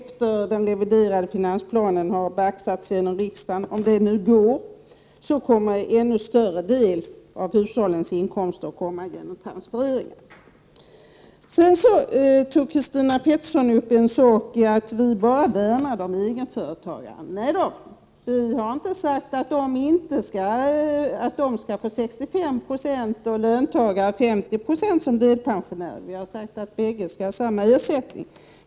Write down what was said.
När den reviderade finansplanen har baxats genom riksdagen, om det nu går, kommer en ännu större del av hushållens inkomster genom transfereringar. Christina Pettersson påstod att vi bara värnar om egenföretagare. Nej då, vi har inte sagt att de skall få 65 96 och löntagare 50 90 som delpensionärer utan att bägge skall ha samma ersättning.